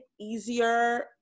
easier